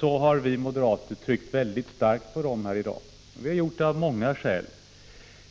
har vi moderater tryckt mycket starkt på dem här i dag. Det har vi gjort av många skäl.